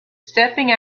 stepping